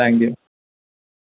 thank you